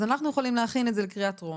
אז אנחנו יכולים להכין את זה לקריאה טרומית,